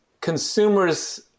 consumers